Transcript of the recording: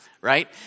right